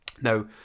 Now